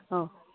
ꯑꯧ